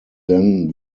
then